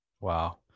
Wow